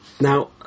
now